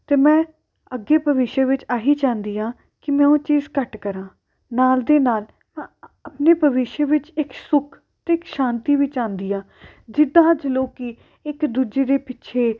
ਅਤੇ ਮੈਂ ਅੱਗੇ ਭਵਿੱਖ ਵਿੱਚ ਇਹ ਹੀ ਚਾਹੁੰਦੀ ਹਾਂ ਕਿ ਮੈਂ ਉਹ ਚੀਜ਼ ਘੱਟ ਕਰਾਂ ਨਾਲ ਦੀ ਨਾਲ ਆ ਆ ਆਪਣੇ ਭਵਿੱਖ ਵਿੱਚ ਇੱਕ ਸੁੱਖ ਅਤੇ ਇੱਕ ਸ਼ਾਂਤੀ ਵੀ ਚਾਹੁੰਦੀ ਹਾਂ ਜਿੱਦਾਂ ਅੱਜ ਲੋਕ ਇੱਕ ਦੂਜੇ ਦੇ ਪਿੱਛੇ